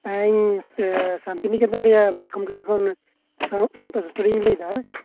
ᱤᱧ ᱥᱟᱱᱛᱤᱱᱤᱠᱮᱛᱚᱱ ᱨᱮᱱᱟᱜ ᱢᱟᱛᱠᱚᱢ ᱴᱚᱞᱟ ᱠᱷᱚᱱ ᱥᱟᱶᱛᱟ ᱥᱩᱥᱟᱹᱨᱤᱭᱟᱹᱧ ᱞᱟᱹᱭ ᱮᱫᱟ